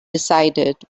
decided